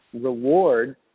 reward